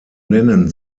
nennen